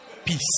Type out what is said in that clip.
Peace